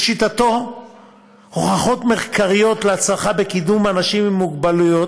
לשיטתו הוכחות מחקריות להצלחה בקידום אנשים עם מוגבלות,